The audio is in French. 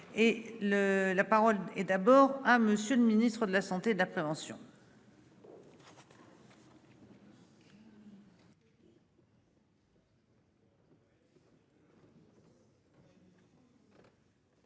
le, la parole est d'abord à monsieur le ministre de la Santé de la prévention.